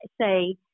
say